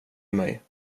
mig